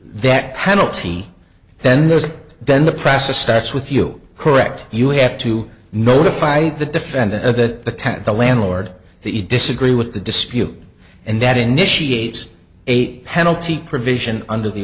that penalty then there is then the process stats with you correct you have to notify the defendant of that tent the landlord that you disagree with the dispute and that initiate a penalty provision under the